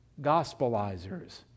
gospelizers